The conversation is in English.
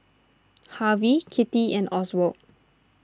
Harvie Kitty and Oswald